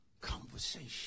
conversation